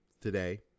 today